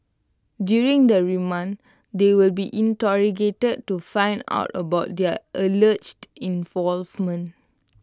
during the remand they will be interrogated to find out about their alleged involvement